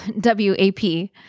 W-A-P